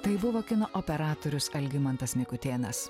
tai buvo kino operatorius algimantas mikutėnas